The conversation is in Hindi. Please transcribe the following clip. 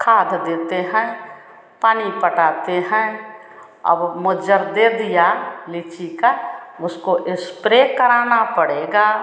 खाद देते हैं पानी पटाते हैं अब मन्जर दे दिया लिच्ची का उसको एस्प्रे कराना पड़ेगा